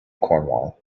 cornwall